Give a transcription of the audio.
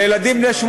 לילדים בני 18: